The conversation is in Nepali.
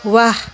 वाह